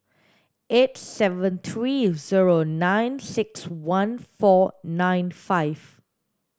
eight seven three zero nine six one four nine five